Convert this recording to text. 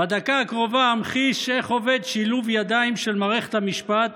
בדקה הקרובה אמחיש איך עובד שילוב ידיים של מערכת המשפט